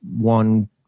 one